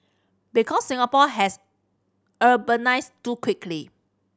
because Singapore has urbanised too quickly